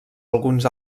alguns